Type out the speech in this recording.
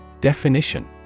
Definition